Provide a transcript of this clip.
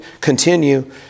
continue